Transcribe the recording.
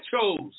chose